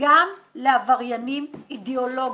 גם לעבריינים אידיאולוגיים.